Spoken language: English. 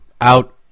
out